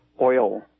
oil